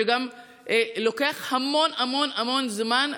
וזה גם לוקח המון המון המון זמן.